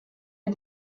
wir